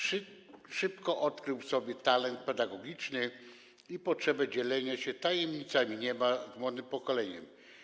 Szybko odkrył w sobie talent pedagogiczny i potrzebę dzielenia się tajemnicami nieba z młodym pokoleniem.